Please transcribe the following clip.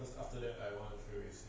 after that I want to flourish